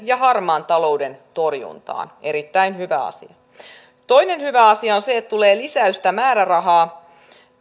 ja harmaan talouden torjuntaa erittäin hyvä asia toinen hyvä asia on se että tulee lisäystä määrärahaan